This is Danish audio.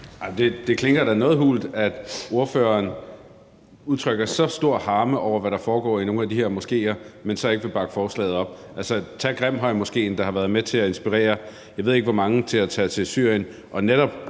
Det klinger da noget hult, at ordføreren udtrykker så stor harme over, hvad der foregår i nogle af de her moskéer, men så ikke vil bakke forslaget op. Altså, lad os tage Grimhøjmoskéen. Den har været med til at inspirere, jeg ved ikke hvor mange, til at tage til Syrien